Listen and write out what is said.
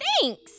Thanks